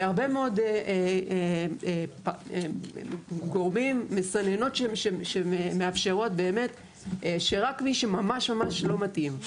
הרבה מאוד גורמים מסננות שמאפשרות באמת שרק מי שממש ממש לא מתאים.